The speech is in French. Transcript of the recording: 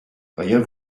rien